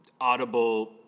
audible